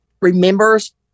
remembers